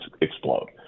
explode